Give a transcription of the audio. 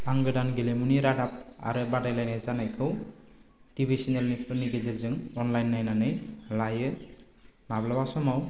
आं गोदान गेलेमुनि रादाब आरो बादायलायनाय जानायखौ टि भि सेनेलनिफोरनि गेजेरजों अनलाइन नायनानै लायो माब्लाबा समाव